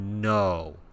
No